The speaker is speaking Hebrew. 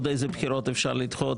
איזה עוד בחירות אפשר לדחות,